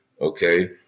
Okay